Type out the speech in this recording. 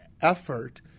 effort